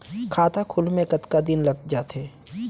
खाता खुले में कतका दिन लग जथे?